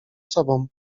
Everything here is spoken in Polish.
sobą